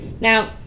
Now